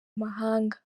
mahanga